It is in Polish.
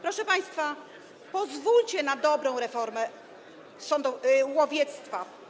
Proszę państwa, pozwólcie na dobrą reformę łowiectwa.